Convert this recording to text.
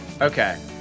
okay